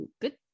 good